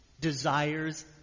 Desires